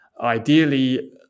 ideally